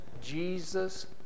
Jesus